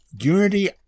Unity